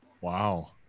Wow